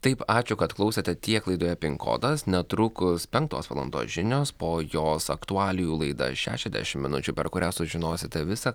taip ačiū kad klausėte tiek laidoje pin kodas netrukus penktos valandos žinios po jos aktualijų laida šešiasdešim minučių per kurią sužinosite visa